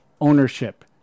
ownership